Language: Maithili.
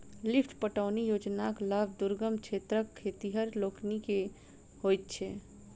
लिफ्ट पटौनी योजनाक लाभ दुर्गम क्षेत्रक खेतिहर लोकनि के होइत छै